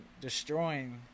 destroying